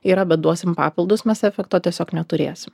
yra bet duosim papildus mes efekto tiesiog neturės